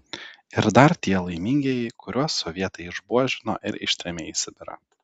ir dar tie laimingieji kuriuos sovietai išbuožino ir ištrėmė į sibirą